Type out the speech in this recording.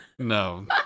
No